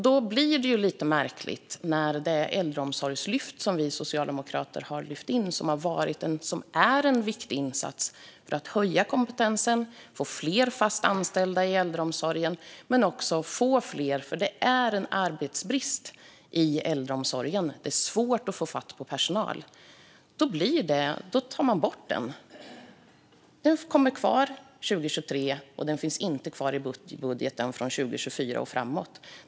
Då blir det lite märkligt när man tar bort det äldreomsorgslyft som vi socialdemokrater har lyft in och som har varit och är en viktig insats för att höja kompetensen och få fler fast anställda men också fler anställda i äldreomsorgen, för det är arbetsbrist i äldreomsorgen och svårt att få fatt i personal. Man tar bort det. Det är kvar 2023 men finns inte kvar i budgeten för 2024 och framåt.